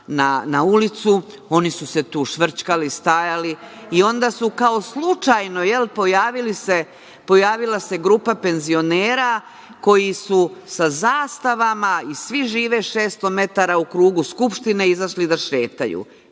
na ulicu, oni su se tu švrćkali, stajali. Onda se kao slučajno pojavila grupa penzionera koji su sa zastavama i svi žive 600 metara u krugu Skupštine izašli da šetaju.